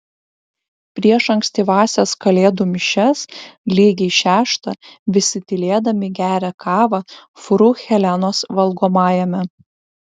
prieš ankstyvąsias kalėdų mišias lygiai šeštą visi tylėdami geria kavą fru helenos valgomajame